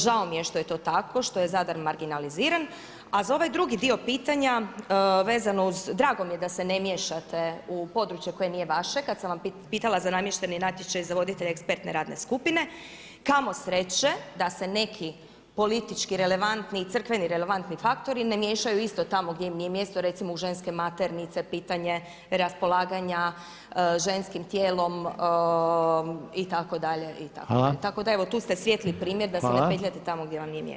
Žao mi je što je to tako, što je Zadar marginaliziran, a za ovaj drugi dio pitanja, vezano uz, drago mi je da se ne miješate u područje koje nije vaše, kad sam vas pitala za namješteni natječaj za voditelja ekspertne radne skupine, kamo sreće da se neki politički relevantni i crkveni relevantni faktori ne miješaju isto tamo gdje im nije mjesto, recimo u ženske maternice, pitanje raspolaganja ženskim tijelom itd., itd [[Upadica Reiner: Hvala.]] Tako da evo, tu ste svijetli primjer da se ne petljate tamo gdje vam nije mjesto.